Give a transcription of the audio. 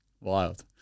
Wild